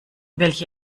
welche